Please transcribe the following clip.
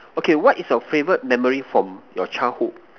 okay what is your favourite memory from your childhood